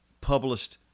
published